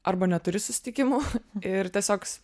arba neturi susitikimų ir tiesiog